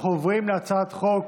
אנחנו עוברים להצעת חוק